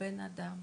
בן אדם.